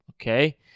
okay